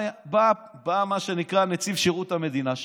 בא מה שנקרא נציב שירות המדינה,